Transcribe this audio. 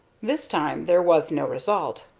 this time there was no result,